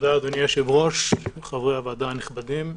אדוני היושב-ראש, חברי הוועדה הנכבדים,